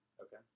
Okay